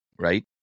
right